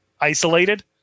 Isolated